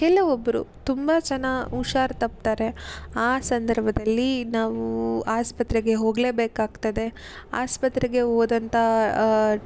ಕೆಲವೊಬ್ಬರು ತುಂಬ ಜನ ಹುಷಾರ್ ತಪ್ತಾರೆ ಆ ಸಂದರ್ಭದಲ್ಲಿ ನಾವು ಆಸ್ಪತ್ರೆಗೆ ಹೋಗಲೇ ಬೇಕಾಗ್ತದೆ ಆಸ್ಪತ್ರೆಗೆ ಹೋದಂತಾ